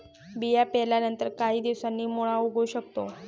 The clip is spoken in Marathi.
बिया पेरल्यानंतर काही दिवसांनी मुळा उगवू लागतो